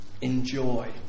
enjoy